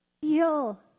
feel